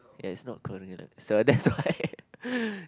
ya it's not a coding language so that's why